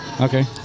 Okay